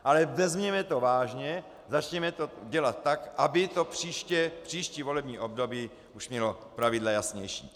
Ale vezměme to vážně, začněme to dělat tak, aby to příští volební období už mělo pravidla jasnější.